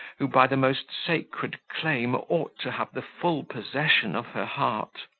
who, by the most sacred claim, ought to have the full possession of her heart.